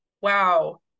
wow